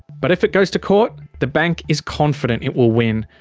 but if it goes to court the bank is confident it will win,